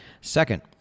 Second